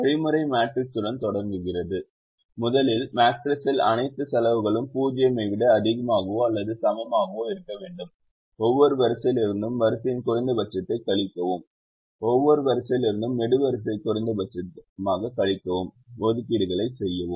வழிமுறை மேட்ரிக்ஸுடன் தொடங்குகிறது முதலில் மேட்ரிக்ஸில் அனைத்து செலவுகளும் 0 ஐ விட அதிகமாகவோ அல்லது சமமாகவோ இருக்க வேண்டும் ஒவ்வொரு வரிசையிலிருந்தும் வரிசையின் குறைந்தபட்சத்தை கழிக்கவும் ஒவ்வொரு நெடுவரிசையிலிருந்தும் நெடுவரிசையை குறைந்தபட்சமாகக் கழிக்கவும் ஒதுக்கீடுகளைச் செய்யவும்